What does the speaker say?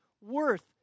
worth